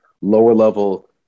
lower-level